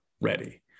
ready